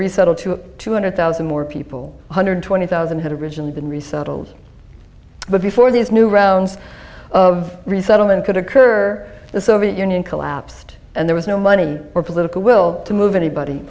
resettle to two hundred thousand more people one hundred twenty thousand had originally been resettled but before these new rounds of resettlement could occur the soviet union collapsed and there was no money or political will to move anybody